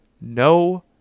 no